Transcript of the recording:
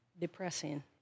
depressing